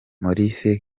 maurice